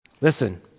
Listen